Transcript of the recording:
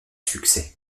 succès